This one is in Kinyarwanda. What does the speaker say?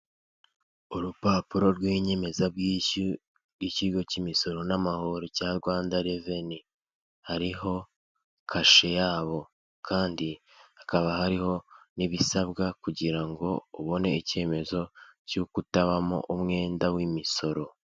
Urupapuro rw'inyemezabwishyu rw'ikigo k'imisoro n'amahoro cya rwanda reveni, hariho kashe yabo kandi hakaba hariho n'ibisabwa kugira ngo ubone icyemezo, cyo kutabamo umwenda w'imisoro.